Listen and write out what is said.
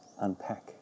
unpack